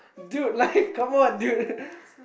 dude like come on dude